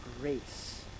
grace